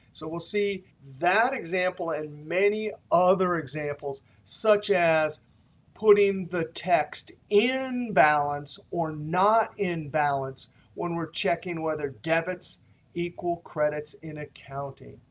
so we'll see that example and many other examples, such as putting the text in balance or not in balance when we're checking whether debits equal credits in accounting.